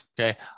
Okay